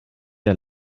der